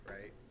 right